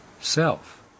self